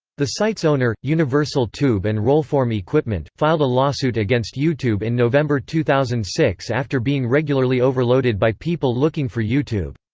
the site's owner, universal tube and rollform equipment, filed a lawsuit against youtube in november two thousand and six after being regularly overloaded by people looking for youtube.